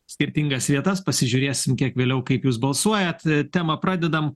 skirtingas vietas pasižiūrėsim kiek vėliau kaip jūs balsuojat temą pradedam